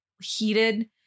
heated